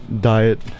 diet